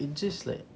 it's just like